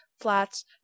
flats